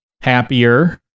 happier